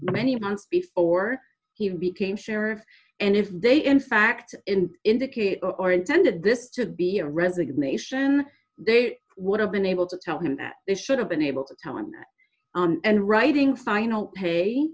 many months before he became sheriff and if they in fact in indicate or intended this to be a resignation they would have been able to tell him that they should have been able to tell him and writing final pay